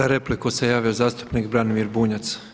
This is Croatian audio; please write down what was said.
Za repliku se javio zastupnik Branimir Bunjac.